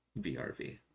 VRV